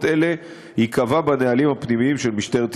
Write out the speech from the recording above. אלו ייקבע בנהלים הפנימיים של משטרת ישראל.